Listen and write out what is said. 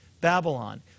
Babylon